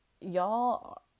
Y'all